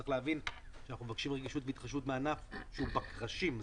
צריך להבין שאנחנו מבקשים רגישות והתחשבות מענף שהוא בקרשים.